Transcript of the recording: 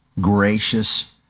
gracious